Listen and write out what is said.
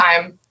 time